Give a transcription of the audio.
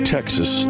Texas